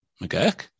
McGurk